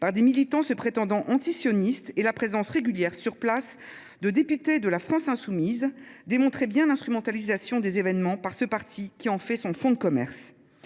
par des militants se prétendant antisionistes. La présence régulière sur place de députés de La France insoumise (LFI) démontrait bien l’instrumentalisation des événements par ce parti qui en a fait son fonds de commerce.